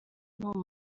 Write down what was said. n’uwo